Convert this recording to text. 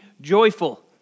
joyful